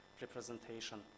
representation